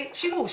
שימוש,